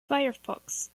firefox